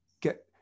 get